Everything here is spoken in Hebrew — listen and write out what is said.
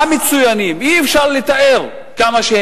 מה מצוינים,